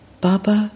Baba